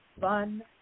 fun